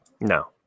no